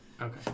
Okay